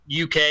UK